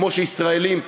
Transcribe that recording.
כמו שישראלים,